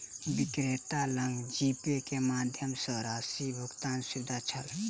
विक्रेता लग जीपे के माध्यम सॅ राशि भुगतानक सुविधा छल